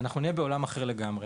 אנחנו נהיה בעולם אחר לגמרי.